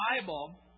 Bible